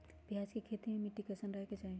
प्याज के खेती मे मिट्टी कैसन रहे के चाही?